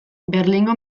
berlingo